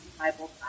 Bible